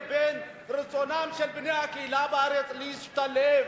לבין רצונם של בני הקהילה בארץ להשתלב.